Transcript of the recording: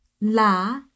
La